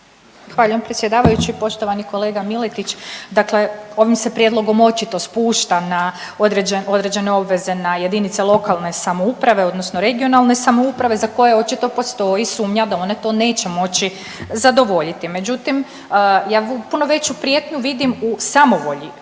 Zahvaljujem predsjedavajući. Poštovani kolega Miletić, dakle ovim se prijedlogom očito spušta na, određene, određene obveze na JLS odnosno regionalne samouprave za koje očito postoji sumnja da one to neće moći zadovoljiti. Međutim ja puno veću prijetnju vidim u samovolji